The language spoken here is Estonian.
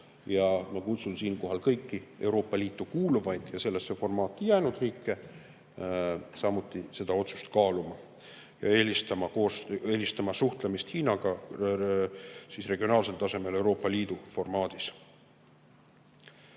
Ma kutsun siinkohal kõiki Euroopa Liitu kuuluvaid ja sellesse formaati jäänud riike samuti seda otsust kaaluma ja eelistama suhtlemist Hiinaga regionaalsel tasemel Euroopa Liidu formaadis.